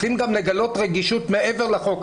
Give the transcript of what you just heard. צריכים גם לגלות רגישות מעבר לחוק.